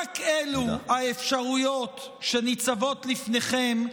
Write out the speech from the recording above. רק אלו האפשרויות שניצבות בפניכם.